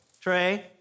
Trey